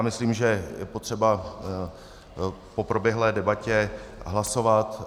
Myslím, že je potřeba po proběhlé debatě hlasovat.